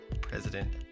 President